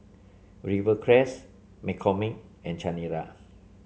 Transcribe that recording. Rivercrest McCormick and Chanira